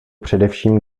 především